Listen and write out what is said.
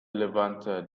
levanter